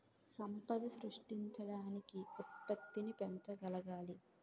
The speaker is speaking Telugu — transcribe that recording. సంపద సృష్టించడానికి ఉత్పత్తిని పెంచగలగాలి